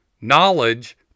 Knowledge